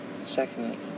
Secondly